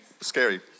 scary